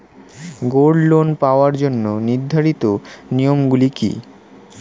Gold loan পাওয়ার জন্য নির্ধারিত নিয়ম গুলি কি?